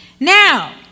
Now